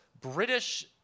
British